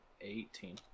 Eighteen